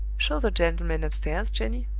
show the gentleman upstairs, jenny.